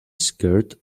skirt